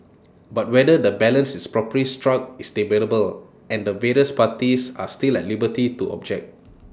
but whether the balance is properly struck is debatable and the various parties are still at liberty to object